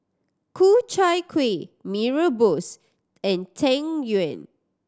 Ku Chai Kuih Mee Rebus and Tan Yuen